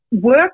work